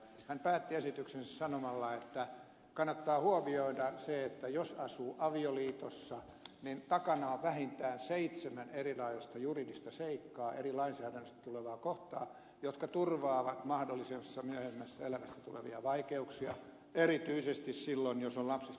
hän päätti esityksensä sanomalla että kannattaa huomioida se että jos asuu avioliitossa niin takana on vähintään seitsemän erilaista juridista seikkaa eri lainsäädännöstä tulevaa kohtaa jotka turvaavat mahdollisessa myöhemmässä elämässä tulevia vaikeuksia erityisesti silloin jos on lapsista kysymys